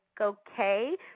okay